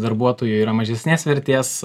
darbuotojų yra mažesnės vertės